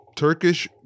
turkish